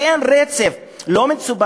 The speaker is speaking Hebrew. שאין לו רצף לא מוניציפלי,